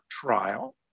trial